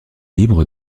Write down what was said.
libre